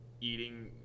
eating